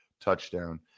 touchdown